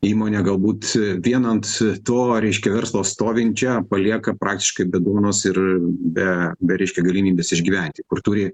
įmonę galbūt vien ant to reiškia verslo stovinčią palieka praktiškai be duonos ir be be reiškia galimybės išgyventi kur turi